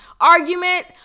argument